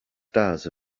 stars